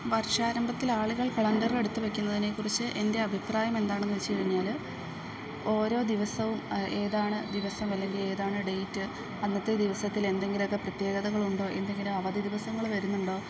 വർഷാരംഭത്തിൽ ആളുകൾ കലണ്ടർ എടുത്ത് വെക്കുന്നതിനെക്കുറിച്ച് എൻ്റെ അഭിപ്രായം എന്താണെന്ന് വെച്ച്കഴിഞ്ഞാൽ ഓരോ ദിവസവും ഏതാണ് ദിവസം അല്ലെങ്കിൽ ഏതാണ് ഡേറ്റ് അന്നത്തെ ദിവസത്തിൽ എന്തെങ്കിലും ഒക്കെ പ്രത്യേകതകളുണ്ടോ എന്തെങ്കിലും അവധി ദിവസങ്ങൾ വരുന്നുണ്ടോ